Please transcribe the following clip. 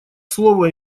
слово